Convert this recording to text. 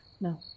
No